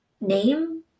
name